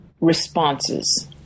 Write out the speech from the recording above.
Responses